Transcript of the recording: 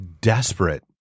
desperate